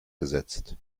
gesetzt